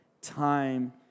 time